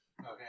Okay